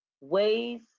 ways